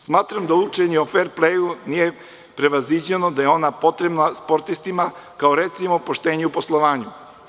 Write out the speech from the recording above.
Smatram da učenje o fer pleju nije prevaziđeno, da je ono potrebno sportistima kao recimo, poštenje u poslovanju.